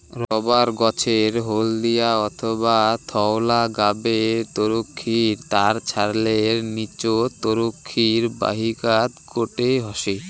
rubber গছের হলদিয়া অথবা ধওলা গাবের তরুক্ষীর তার ছালের নীচত তরুক্ষীর বাহিকাত গোটো হসে